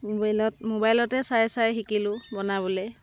মোবালত মোবাইলতে চাই চাই শিকিলোঁ বনাবলৈ